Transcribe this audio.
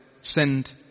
Send